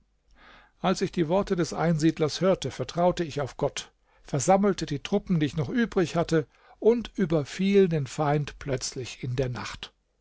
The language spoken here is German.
als ich die worte des einsiedlers hörte vertraute ich auf gott versammelte die truppen die ich noch übrig hatte und überfiel den feind plötzlich in der nacht